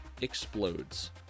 explodes